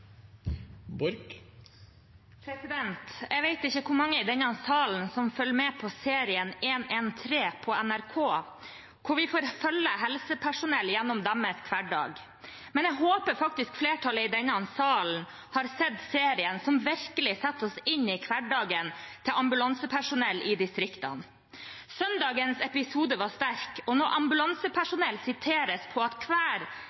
Jeg vet ikke hvor mange i denne salen som følger med på serien 113 på NRK, hvor vi får følge helsepersonell gjennom deres hverdag. Men jeg håper faktisk flertallet i denne salen har sett serien, som virkelig setter oss inn i hverdagen til ambulansepersonell i distriktene. Søndagens episode var sterk når ambulansepersonell siteres på at hver